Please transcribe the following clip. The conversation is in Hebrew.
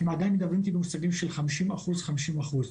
הם עדיין מדברים איתי במושגים של חמישים אחוז וחמישים אחוז.